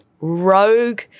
rogue